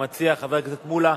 המציע, חבר הכנסת מולה,